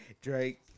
Drake